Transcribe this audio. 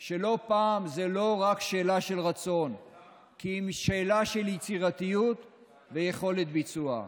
שלא פעם זו לא רק שאלה של רצון כי אם שאלה של יצירתיות ויכולת ביצוע,